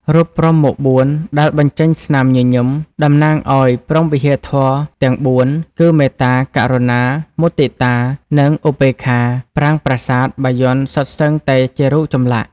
រូបព្រហ្មមុខបួនដែល បញ្ចេញ ស្នាមញញឹម តំណាងអោយព្រហ្មវិហារធម៌ទាំងបួន គឺមេត្តា ករុណា មុទិតា និងឧបេក្ខា ប្រាង្គប្រាសាទ បាយ័នសុទ្ធសឹងតែជារូបចម្លាក់។